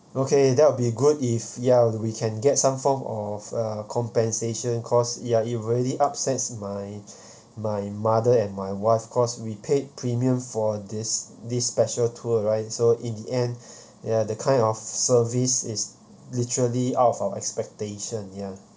okay that will be good if ya we can get some form of a compensation cause ya it really upsets my my mother and my wife cause we paid premium for this this special tour right so in the end ya the kind of service is literally out of our expectation ya